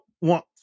want